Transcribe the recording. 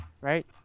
right